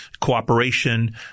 cooperation